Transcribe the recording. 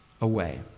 away